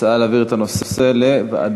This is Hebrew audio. הצעה להעביר את הנושא לוועדת,